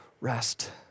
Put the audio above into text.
rest